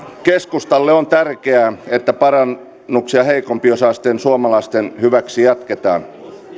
keskustalle on tärkeää että parannuksia heikompiosaisten suomalaisten hyväksi jatketaan